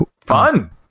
fun